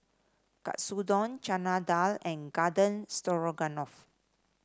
Katsudon Chana Dal and Garden Stroganoff